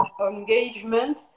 engagement